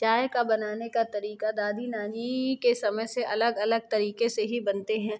चाय का बनाने का तरीका दादी नानी के समय से अलग अलग तरीके से ही बनते हैं